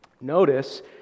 Notice